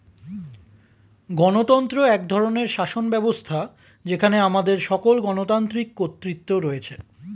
গণতন্ত্র এক ধরনের শাসনব্যবস্থা যেখানে আমাদের সকল গণতান্ত্রিক কর্তৃত্ব রয়েছে